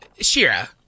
shira